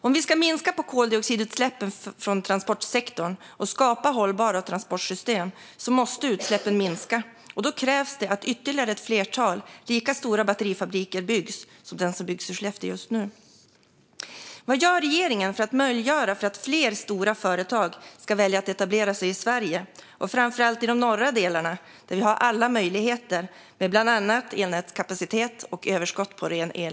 Om vi ska minska koldioxidutsläppen från transportsektorn och skapa hållbara transportsystem måste utsläppen minska. Då krävs det att ytterligare ett flertal lika stora batterifabriker byggs som den som byggs i Skellefteå just nu. Vad gör regeringen för att möjliggöra för fler stora företag att välja att etablera sig i Sverige och framför allt i de norra delarna, där vi har alla möjligheter med bland annat elnätskapacitet och överskott på ren el?